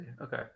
Okay